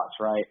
right